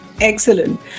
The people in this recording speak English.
Excellent